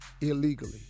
illegally